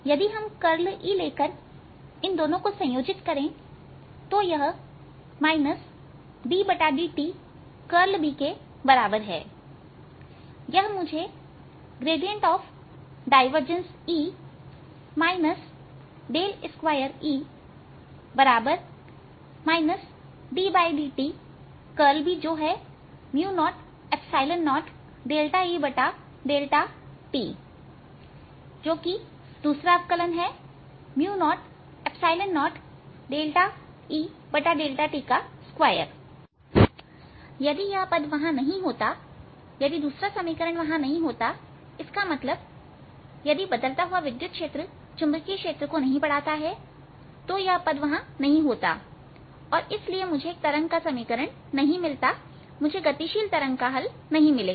यदि हम curl E लेकर इन दोनों को संयोजित करें तो यह ddtकरल B के बराबर है यह मुझे ग्रेडियंट डायवर्जन E 2E ddtकरल B जो है0 0δEδtजो कि दूसरा अवकलन है 0 02E2t यदि यह पद वहां नहीं होता यदि दूसरा समीकरण वहां नहीं होताइसका मतलब यदि बदलता हुआ विद्युत क्षेत्र चुंबकीय क्षेत्र को नहीं बढ़ाता है तो यह पद वहां नहीं होता और इसलिए मुझे एक तरंग का समीकरण नहीं मिलता मुझे गतिशील तरंग का हल नहीं मिलेगा